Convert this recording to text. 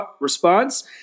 response